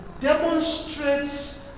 demonstrates